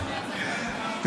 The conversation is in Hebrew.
הוא מתחיל חשבונות.